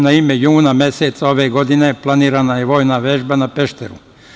Naime, juna meseca ove godine planirana je vojna vežba na Pešteru.